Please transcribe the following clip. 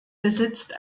besitzt